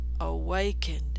awakened